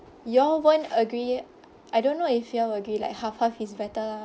you all won't agree I don't know if you all agree like half half is better lah